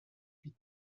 huit